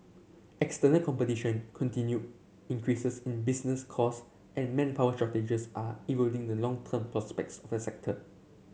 external competition continued increases in business cost and manpower shortages are eroding the longer term prospects for sector